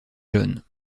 john